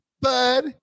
bud